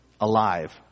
alive